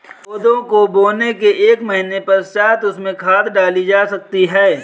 कोदो को बोने के एक महीने पश्चात उसमें खाद डाली जा सकती है